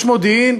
יש מודיעין,